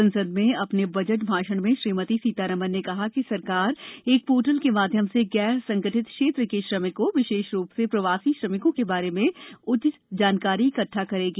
संसद में अपने बजट भाषण में श्रीमती सीतारामन ने कहा कि सरकार एक पोर्टल के माध्यम से गैर संगठित क्षेत्र के श्रमिकों विशेष रूप से प्रवासी श्रमिकों के बारे में उचित जानकारी इकट्ठा करेगी